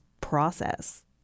process